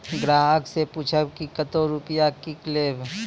ग्राहक से पूछब की कतो रुपिया किकलेब?